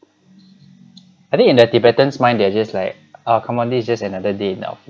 I think in the tibetans mind they are just like oh come on this is just another day now please